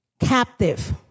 Captive